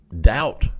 doubt